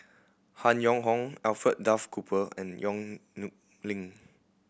Han Yong Hong Alfred Duff Cooper and Yong Nyuk Lin